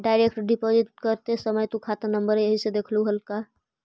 Direct deposit करते समय तु खाता नंबर सही से देखलू हल का?